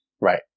Right